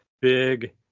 big